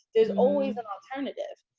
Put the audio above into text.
there's always an alternative.